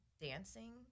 dancing